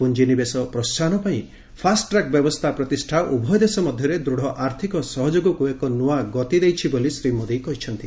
ପୁଞ୍ଜିନିବେଶ ପ୍ରୋହାହନ ପାଇଁ ଫାଷ୍ଟଟ୍ରାକ ବ୍ୟବସ୍ଥା ପ୍ରତିଷ୍ଠା ଉଭୟ ଦେଶ ମଧ୍ୟରେ ଦୂଢ ଆର୍ଥିକ ସହଯୋଗକୁ ଏକ ନୂଆ ଗତି ଦେଇଛି ବୋଲି ଶ୍ରୀ ମୋଦି କହିଛନ୍ତି